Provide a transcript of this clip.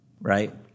right